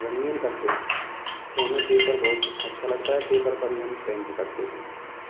रंगीन करते हैं तो हमें पेपर बहुत अच्छा लगता है पेपर पर ही हम पेंट करते हैं